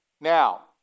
Now